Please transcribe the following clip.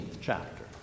chapter